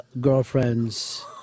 girlfriend's